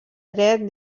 dret